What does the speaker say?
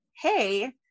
hey